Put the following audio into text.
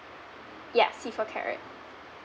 yeah C for carrot